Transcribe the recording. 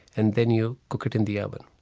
and then you cook it in the oven.